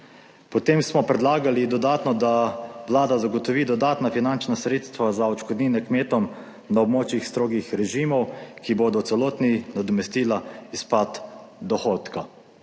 Potem smo predlagali dodatno, da Vlada zagotovi dodatna finančna sredstva za odškodnine kmetom na območjih strogih režimov, ki bodo v celoti nadomestila izpad dohodka.